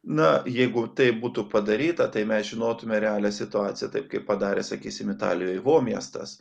na jeigu taip būtų padaryta tai mes žinotume realią situaciją taip kaip padarė sakysim italijoj vo miestas